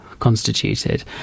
Constituted